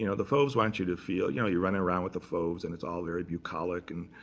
you know the fauves want you to feel you know, you're running around with the fauves. and it's all very bucolic. and